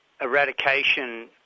eradication